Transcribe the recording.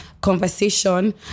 conversation